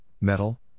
metal